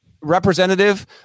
representative